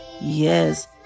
yes